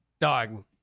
Dog